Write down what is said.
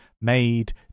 made